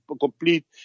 complete